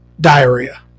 diarrhea